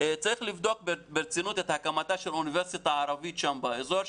צריך לבדוק ברצינות את הקמתה של אוניברסיטה ערבית באזור,